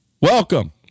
welcome